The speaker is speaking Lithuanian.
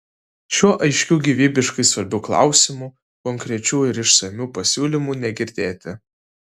šiuo aiškiu gyvybiškai svarbiu klausimu konkrečių ir išsamių pasiūlymų negirdėti